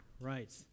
Right